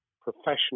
professional